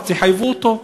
ואז תחייבו אותו.